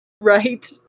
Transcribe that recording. Right